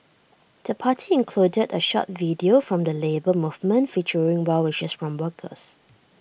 the party included A short video from the Labour Movement featuring well wishes from workers